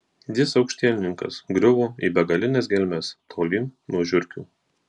jis aukštielninkas griuvo į begalines gelmes tolyn nuo žiurkių